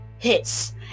Hits